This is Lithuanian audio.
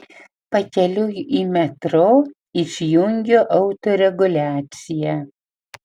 pakeliui į metro išjungiu autoreguliaciją